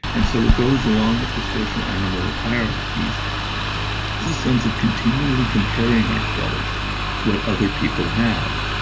and so what goes along with the social animal with hierarchies is a sense of continually comparing ourselves to what other people have.